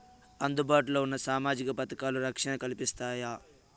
అందుబాటు లో ఉన్న సామాజిక పథకాలు, రక్షణ కల్పిస్తాయా?